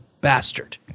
bastard